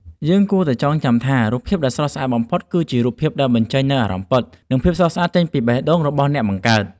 យើងគួរតែចងចាំថា រូបភាពដែលល្អបំផុតគឺរូបភាពដែលបញ្ចេញនូវអារម្មណ៍ពិត និងភាពស្រស់ស្អាតចេញពីបេះដូងរបស់អ្នកបង្កើត។